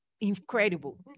Incredible